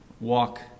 walk